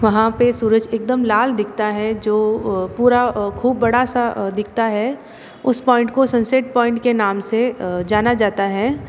वहाँ पर सूरज एकदम लाल दिखता है जो पूरा ख़ूब बड़ा सा दिखता है उस पॉइंट को सनसेट पॉइंट के नाम से जाना जाता है